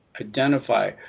identify